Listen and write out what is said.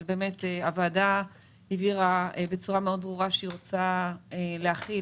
הוועדה הבהירה בצורה ברורה מאוד שהיא רוצה להחיל